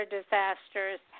Disasters*